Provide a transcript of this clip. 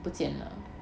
mm